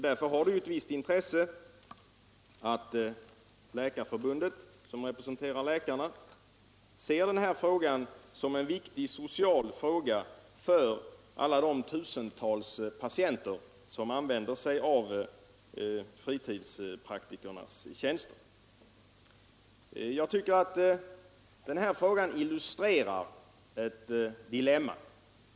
Därför är det av ett visst intresse att Läkarförbundet, som representerar läkarna, betraktar denna frågan som ett viktigt socialt problem för alla de tusentals patienter som använder sig av fritidspraktikernas tjänster. Jag tycker att den här frågan illustrerar ett dilemma.